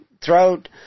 throat